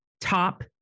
top